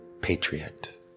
Patriot